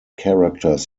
characters